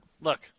Look